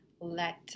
let